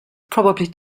probably